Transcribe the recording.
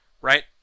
right